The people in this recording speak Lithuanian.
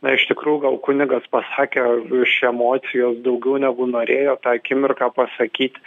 na iš tikrųjų gal kunigas pasakė iš emocijos daugiau negu norėjo tą akimirką pasakyt